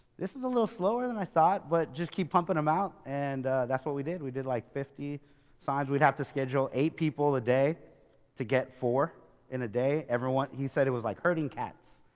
this is a little slower than i thought, but just keep pumping them out. and that's what we did, we did like fifty signs, we'd have to schedule eight people a day to get four in a day. he said it was like herding cats,